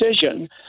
decision